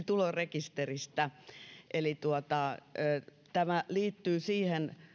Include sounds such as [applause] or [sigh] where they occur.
[unintelligible] tulorekisteristä tämä liittyy siihen